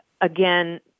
again